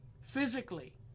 physically